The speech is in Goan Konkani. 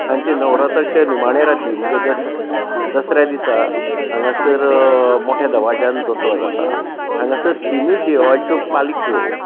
आनी ते नवरात्राच्या निमाणे राती म्हणजे दस दसऱ्या दिसा हांगासर मोठ्या दवाज्यान दसरो जाता हांगासर तिनूय देवाच्यो पालख्यो